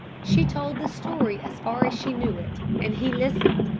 she told the story as far as she knew it and he listened,